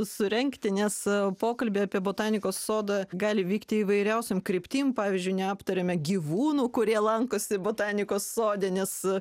surengti nes pokalbiai apie botanikos sodą gali vykti įvairiausiom kryptim pavyzdžiui neaptarėme gyvūnų kurie lankosi botanikos sode nes